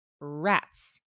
rats